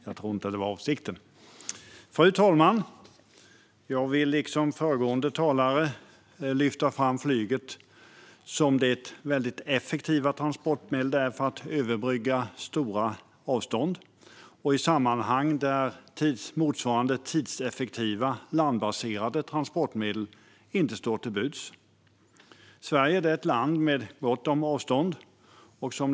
Jag vill liksom föregående talare lyfta fram flyget som det väldigt effektiva transportmedel det är för att överbrygga stora avstånd i sammanhang där motsvarande tidseffektiva landbaserade transportmedel inte står till buds. Sverige är ett land med stora avstånd.